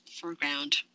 foreground